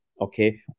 okay